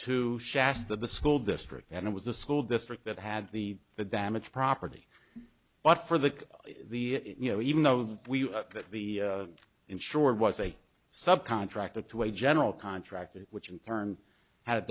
to shafts that the school district and it was a school district that had the the damage property but for the the you know even though the we that the insured was a sub contractor to a general contractor which in turn had